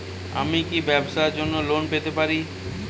আমি কি ব্যবসার জন্য লোন পেতে পারি?